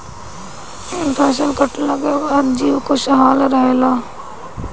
फसल कटले के बाद जीउ खुशहाल रहेला